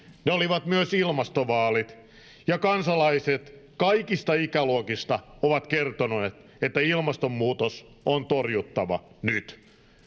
ne olivat myös ilmastovaalit ja kansalaiset kaikista ikäluokista ovat kertoneet että ilmastonmuutos on torjuttava nyt